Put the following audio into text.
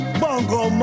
bongo